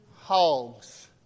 hogs